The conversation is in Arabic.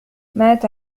مات